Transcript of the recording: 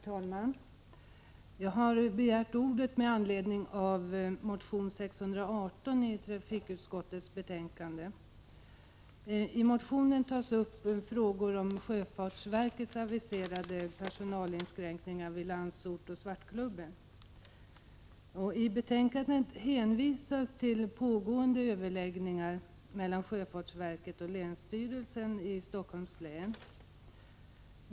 Herr talman! Jag har begärt ordet med anledning av motion T618, som behandlas i trafikutskottets betänkande nr 14. I motionen tas upp frågor om sjöfartsverkets aviserade personalinskränkningar vid Landsort och Svartklubben. I betänkandet hänvisas till pågående överläggningar mellan sjöfartsverket och länsstyrelsen i Stockholms län.